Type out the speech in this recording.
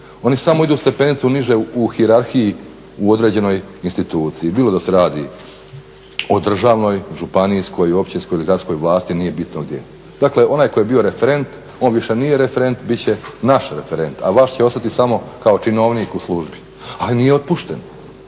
oni samo idu stepenicu niže u hijerarhiju u određenoj instituciji bilo da se radi o državnoj, županijskoj, općinskoj ili gradskoj vlasti, nije bilo gdje. Dakle, onaj koji je bio referent, on više nije referent, bit će naš referent a vaš će ostati samo kao činovnik u službi ali nije otpušten